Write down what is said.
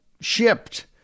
shipped